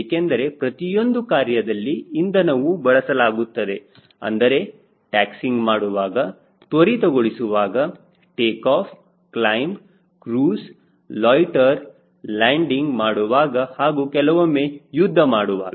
ಏಕೆಂದರೆ ಪ್ರತಿಯೊಂದು ಕಾರ್ಯದಲ್ಲಿ ಇಂಧನವು ಬಳಸಲಾಗುತ್ತದೆ ಅಂದರೆ ಟಾಕ್ಸಿಂಗ್ ಮಾಡುವಾಗ ತ್ವರಿತಗೊಳಿಸುವಾಗ take off climb cruise loiter landing ಮಾಡುವಾಗ ಹಾಗೂ ಕೆಲವೊಮ್ಮೆ ಯುದ್ಧ ಮಾಡುವಾಗ